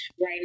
right